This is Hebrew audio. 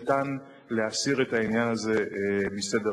ניתן להסיר את העניין הזה מסדר-היום.